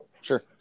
Sure